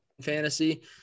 fantasy